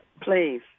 please